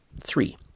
Three